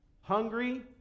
Hungry